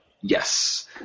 Yes